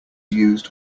used